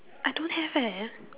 I don't have eh